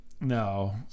No